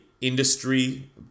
industry